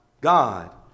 God